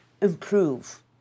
Improve